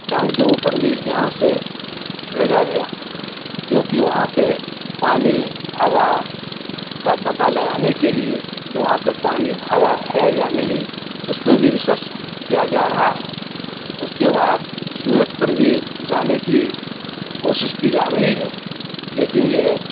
چاند کے اوپر بھی یہاں سے بھیجا گیا جو کہ وہاں پہ پانی ہوا کا پتا لگانے کے لیے کہ وہاں پہ پانی ہوا ہے یا نہیں اس پہ بھی ریسرچ کیا جا رہا ہے اس کے بعد سورج پر بھی جانے کی کوشش کی جا رہی ہے لیکن یہ